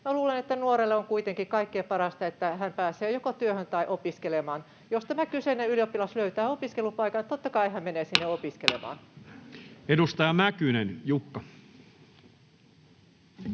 luulen, että nuorelle on kuitenkin kaikkein parasta, että hän pääsee joko työhön tai opiskelemaan. Jos tämä kyseinen ylioppilas löytää opiskelupaikan, totta kai hän menee sinne opiskelemaan. [Speech 14] Speaker: